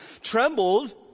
trembled